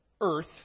earth